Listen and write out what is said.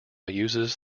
uses